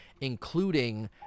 including